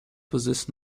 possess